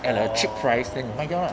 at a cheap pricing like ya lah